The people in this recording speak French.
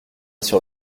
sur